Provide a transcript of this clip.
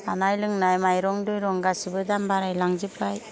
जानाय लोंनाय माइरं दैरं गासिबो दाम बारायलांजोब्बाय